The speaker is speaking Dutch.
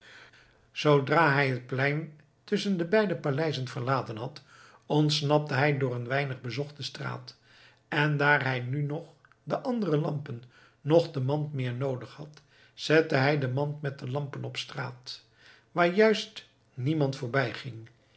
zoodra hij het plein tusschen de beide paleizen verlaten had ontsnapte hij door een weinig bezochte straat en daar hij nu noch de andere lampen noch de mand meer noodig had zette hij de mand met de lampen op straat waar juist niemand